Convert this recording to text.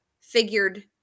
figured